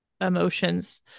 emotions